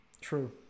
True